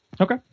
Okay